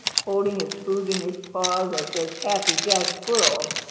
holding his food in his paws as does happy jack squirrel.